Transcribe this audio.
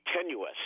tenuous